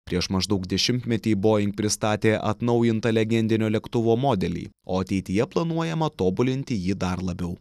prieš maždaug dešimtmetį boing pristatė atnaujintą legendinio lėktuvo modelį o ateityje planuojama tobulinti jį dar labiau